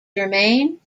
germain